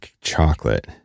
chocolate